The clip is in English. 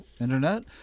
Internet